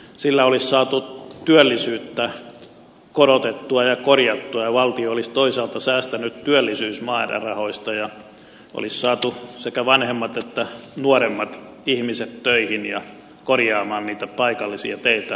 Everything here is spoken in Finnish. sillä olisi saatu työllisyyttä korotettua ja korjattua ja valtio olisi toisaalta säästänyt työllisyysmäärärahoista ja olisi saatu sekä vanhemmat että nuoremmat ihmiset töihin ja korjaamaan niitä paikallisia teitä ympäri suomea